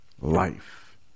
life